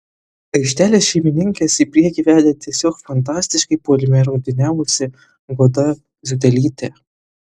aikštelės šeimininkes į priekį vedė tiesiog fantastiškai puolime rungtyniavusi goda ziutelytė